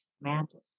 mantis